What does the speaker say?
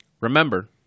remember